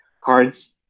cards